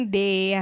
day